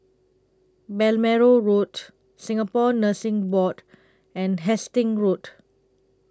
Balmoral Road Singapore Nursing Board and Hastings Road